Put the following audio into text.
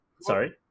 sorry